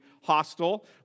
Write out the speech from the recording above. hostile